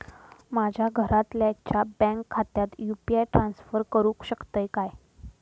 माझ्या घरातल्याच्या बँक खात्यात यू.पी.आय ट्रान्स्फर करुक शकतय काय?